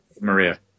Maria